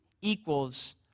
equals